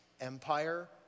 empire